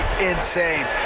insane